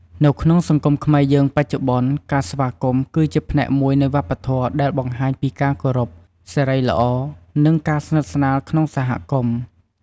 នៅក្នុងសង្គមខ្មែរយើងបច្ចុប្បន្នការស្វាគមន៍គឺជាផ្នែកមួយនៃវប្បធម៌ដែលបង្ហាញពីការគោរព សិរីល្អ និងការស្និទ្ធស្នាលក្នុងសហគមន៍។